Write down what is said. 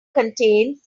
contains